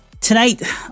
Tonight